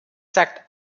sagt